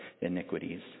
iniquities